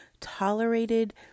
tolerated